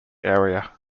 area